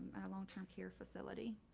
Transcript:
our long term care facility